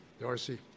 darcy